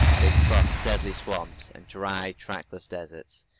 they crossed deadly swamps and dry, trackless deserts.